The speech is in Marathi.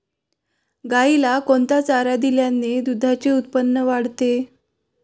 गाईला कोणता चारा दिल्याने दुधाचे उत्पन्न वाढते?